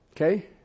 Okay